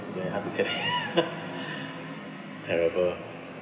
then how to check terrible